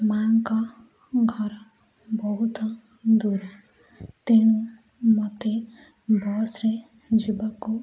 ମାଆଙ୍କ ଘର ବହୁତ ଦୂର ତେଣୁ ମୋତେ ବସ୍ରେ ଯିବାକୁ